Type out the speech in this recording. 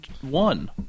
one